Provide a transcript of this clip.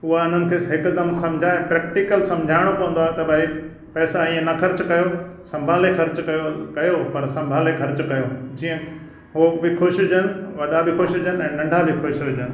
उहा हिननि खे हिकदमि सम्झाए प्रैक्टिकल सम्झाइणो पवंदो आहे त भाई पैसा ईअं न ख़र्चु कयो सम्भाले ख़र्चु कयो कयो पर सम्भाले ख़र्चु कयो जीअं उहे बि ख़ुशि हुजनि वॾा बि ख़ुशि हुजनि ऐं नंढा बि ख़ुशि हुजनि